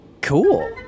cool